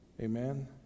Amen